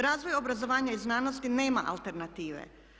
Razvoj obrazovanja i znanosti nema alternative.